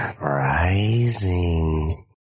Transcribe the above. Rising